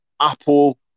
Apple